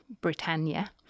Britannia